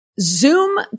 Zoom